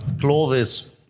clothes